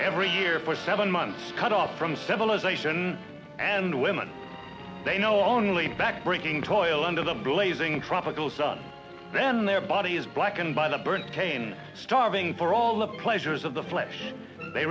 every year for seven months cut off from civilization and women they know only back breaking toil under the blazing tropical sun then their bodies blackened by the burnt cane starving for all the pleasures of the flesh they